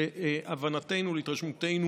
להבנתנו ולהתרשמותנו,